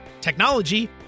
technology